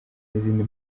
n’izindi